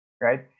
right